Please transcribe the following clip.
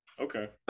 Okay